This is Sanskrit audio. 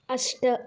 अष्ट